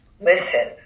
Listen